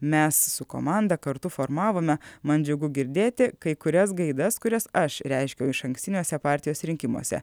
mes su komanda kartu formavome man džiugu girdėti kai kurias gaidas kurias aš reiškiau išankstiniuose partijos rinkimuose